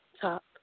top